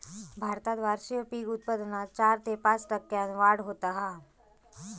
भारतात वार्षिक पीक उत्पादनात चार ते पाच टक्क्यांन वाढ होता हा